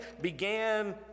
began